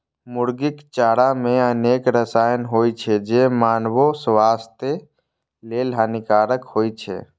मुर्गीक चारा मे अनेक रसायन होइ छै, जे मानवो स्वास्थ्य लेल हानिकारक होइ छै